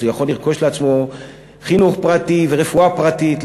אז הוא יכול לרכוש לעצמו חינוך פרטי ורפואה פרטית.